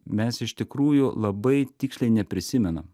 mes iš tikrųjų labai tiksliai neprisimenam